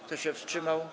Kto się wstrzymał?